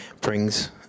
brings